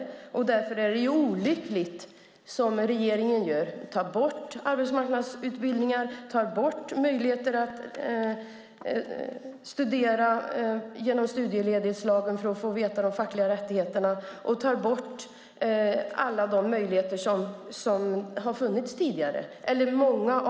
Därför är det olyckligt att, som regeringen gör, ta bort arbetsmarknadsutbildningar, ta bort möjligheterna att studera genom studieledighetslagen för att få kunskap om de fackliga rättigheterna och ta bort många av de möjligheter som har funnits tidigare.